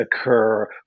occur